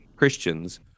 Christians